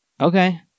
Okay